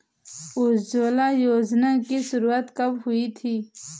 उज्ज्वला योजना की शुरुआत कब हुई थी?